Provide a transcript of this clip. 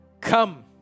Come